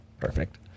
perfect